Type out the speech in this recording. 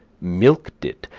milked it,